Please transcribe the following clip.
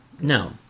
No